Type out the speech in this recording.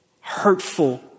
hurtful